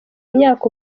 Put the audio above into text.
imyaka